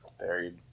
buried